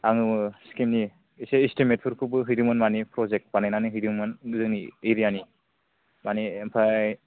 आङो स्किम नि इसे इस्थिमेत फोरखौबो हैदोंमोन माने प्रजेक्त बानायनानै हैदोंमोन जोंनि एरिया नि माने ओमफ्राय